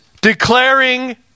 declaring